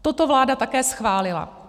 Toto vláda také schválila.